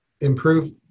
improve